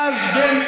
ראס בן